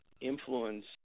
influence